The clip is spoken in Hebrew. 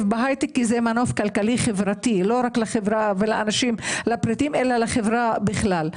בהייטק כי זה מנוף כלכלי חברה לא רק לפריטים אלא לחברה בכלל.